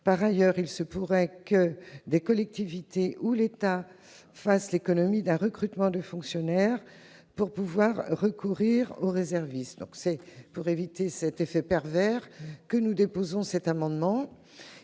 Par ailleurs, il se pourrait aussi que des collectivités, voire l'État lui-même, fassent l'économie d'un recrutement de fonctionnaires au profit du recours aux réservistes. C'est pour éviter cet effet pervers que nous avons déposé cet amendement.